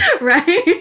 right